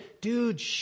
dude